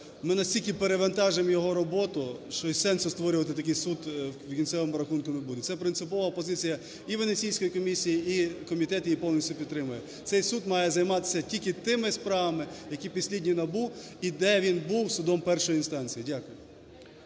ми настільки перевантажимо його роботу, що й сенсу створювати такий суд в кінцевому рахунку не буде. Це принципова позиція і Венеційської комісії, і комітет її повністю підтримує. Цей суд має займатися тільки тими справами, які підслідні НАБУ і де він був судом першої інстанції. Дякую.